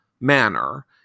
manner